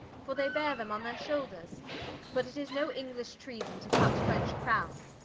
for they beare them on their shoulders but it is no english treason to cut french crownes,